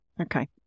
Okay